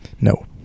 No